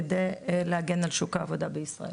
כדי להגן על שוק העבודה בישראל.